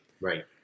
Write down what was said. Right